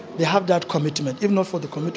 they have that commitment. if not for the commitment,